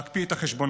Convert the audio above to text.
להקפיא את החשבונות.